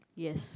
yes